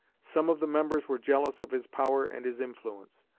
some of the members were jealous of his power and his influence.